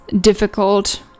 difficult